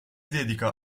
dedica